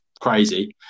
crazy